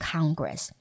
Congress